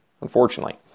unfortunately